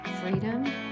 freedom